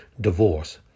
divorce